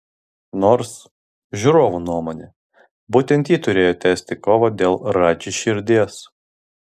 nors žiūrovų nuomone būtent ji turėjo tęsti kovą dėl radži širdies